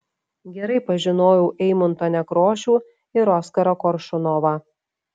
gerai pažinojau eimuntą nekrošių ir oskarą koršunovą